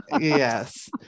Yes